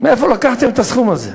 מאיפה לקחתם את הסכום הזה?